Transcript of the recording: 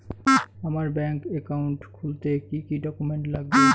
আমার bank account খুলতে কি কি ডকুমেন্ট লাগবে?